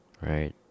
Right